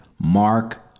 Mark